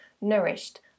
nourished